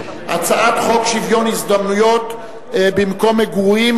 אני קובע שהצעת חוק הביטוח הלאומי (תיקון,